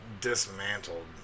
dismantled